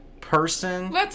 person